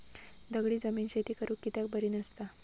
दगडी जमीन शेती करुक कित्याक बरी नसता?